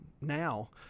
now